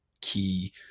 key